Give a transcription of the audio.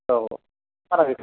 औ